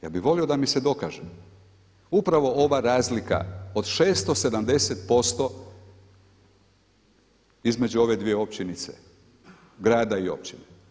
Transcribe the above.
Ja bih volio da mi se dokaže upravo ova razlika od 670% između ove dvije općinice, grada i općine.